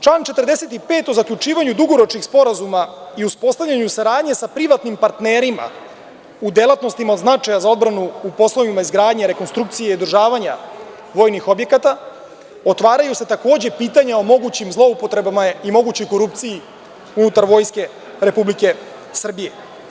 Član 45. o zaključivanju dugoročnih sporazuma i uspostavljanju saradnje sa privatnim partnerima u delatnostima od značaja u poslovima izgradnje, rekonstrukcije i održavanja vojnih objekata otvaraju se, takođe, pitanja o mogućim zloupotrebama i mogućoj korupciji unutar Vojske Republike Srbije.